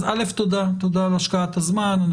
אז אלף תודה על השקעת הזמן,